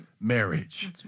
marriage